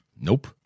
Nope